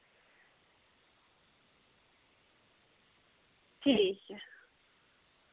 ठीक ऐ